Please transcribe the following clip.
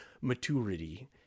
maturity